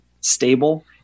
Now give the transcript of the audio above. stable